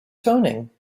toning